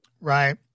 right